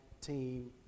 team